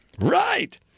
Right